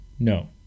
No